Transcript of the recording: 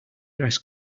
dress